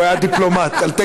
אנחנו מוותרים על זה.